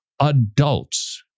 adults